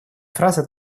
фраза